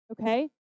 Okay